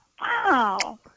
Wow